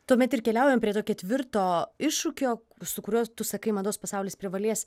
tuomet ir keliaujam prie to ketvirto iššūkio su kuriuo tu sakai mados pasaulis privalės